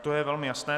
To je velmi jasné.